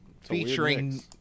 featuring